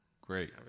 Great